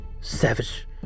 savage